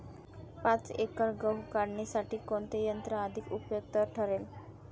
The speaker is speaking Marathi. पाच एकर गहू काढणीसाठी कोणते यंत्र अधिक उपयुक्त ठरेल?